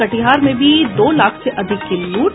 कटिहार में भी दो लाख से अधिक की लूट